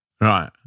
Right